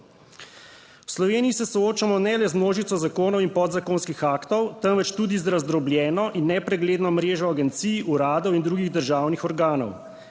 V Sloveniji se soočamo ne le z množico zakonov in podzakonskih aktov, temveč tudi z razdrobljeno in nepregledno mrežo agencij, uradov in drugih državnih organov.